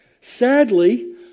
Sadly